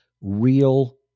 real